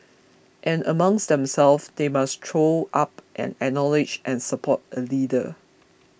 and amongst themselves they must throw up and acknowledge and support a leader